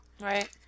right